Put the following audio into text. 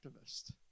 activist